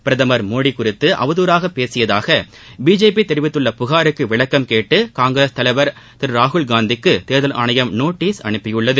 பிரதமர் மோடி குறித்து அவதுறாக பேசியதாக பிஜேபி தெரிவித்துள்ள புகாருக்கு விளக்கம் கேட்டு காங்கிரஸ் தலைவர் திரு ராகுல்காந்திக்கு தேர்தல் ஆணையம் நோட்டீஸ் அனுப்பியுள்ளது